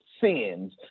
sins